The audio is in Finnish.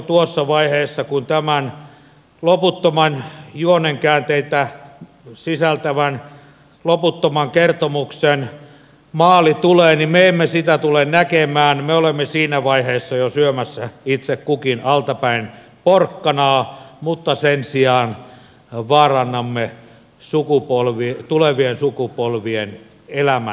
tuossa vaiheessa kun tämän loputtoman juonenkäänteitä sisältävän kertomuksen maali tulee me emme tule sitä näkemään me olemme siinä vaiheessa jo syömässä itse kukin altapäin porkkanaa mutta sen sijaan vaarannamme tulevien sukupolvien elämä